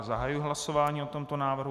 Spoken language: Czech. Zahajuji hlasování o tomto návrhu.